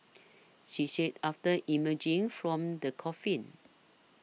she said after emerging from the coffin